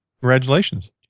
Congratulations